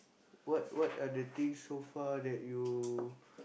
what what are the things so far that you